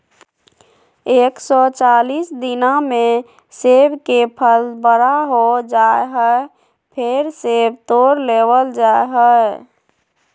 एक सौ चालीस दिना मे सेब के फल बड़ा हो जा हय, फेर सेब तोड़ लेबल जा हय